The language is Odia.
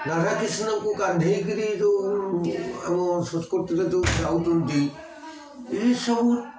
ରାଧାକିଷ୍ଣଙ୍କୁ କାନ୍ଧେଇକିରି ଯେଉଁ ଆମ ସଂସ୍କୃତିରେ ଯେଉଁ ଚାହୁଁଛନ୍ତି ଏଇସବୁ